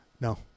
No